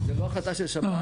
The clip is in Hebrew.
זו לא החלטה של שב"ס,